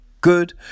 Good